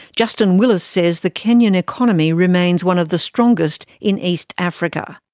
justin willis says the kenyan economy remains one of the strongest in east africa.